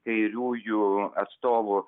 kairiųjų atstovų